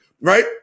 right